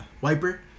wiper